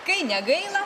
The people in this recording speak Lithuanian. kai negaila